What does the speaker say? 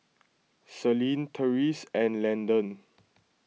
Selene Terese and Landon